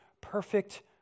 perfect